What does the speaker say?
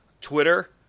Twitter